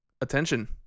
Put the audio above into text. attention